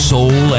Soul